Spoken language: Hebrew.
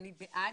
אני בעד.